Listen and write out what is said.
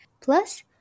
Plus